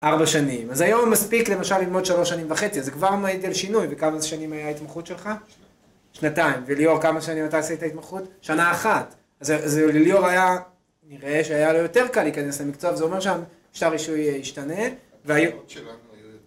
ארבע שנים! אז היום מספיק למשל ללמוד שלוש שנים וחצי אז כבר זה מעיד על שינוי! וכמה שנים הייתה התמחות שלך? שנתיים! וליאור כמה שנים אתה עשית התמחות? שנה אחת! אז לליאור... היה נראה שהיה לו יותר קל להיכנס למקצוע, וזה אומר שם שהרישוי הישתנה